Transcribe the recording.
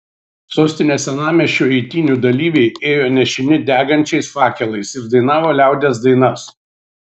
sostinės senamiesčiu eitynių dalyviai ėjo nešini degančiais fakelais ir dainavo liaudies dainas